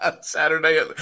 Saturday